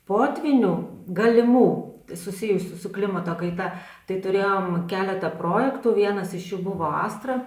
potvynių galimų susijusių su klimato kaita tai turėjom keletą projektų vienas iš jų buvo astra